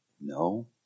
No